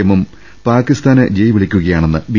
എമ്മും പാകിസ്താന് ജയ് വിളിക്കുക യാണെന്ന് ബി